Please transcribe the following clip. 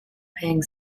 paying